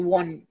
one